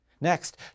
Next